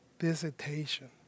visitation